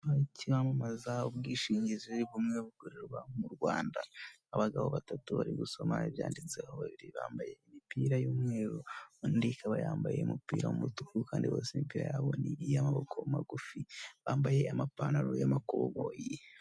Hari icyamamaza ubwishingizi bumwe bukorerwa mu Rwanda, abagabo batatu bari gusoma ibyanditseho babiri bambaye imipira y'umweru undi akaba yambaye umupira w'umutuku kandi bose imipira yabo ni y'amaboko magufi bambaye amapantaro y'amakoboyi.